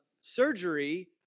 surgery